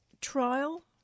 trial